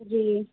جی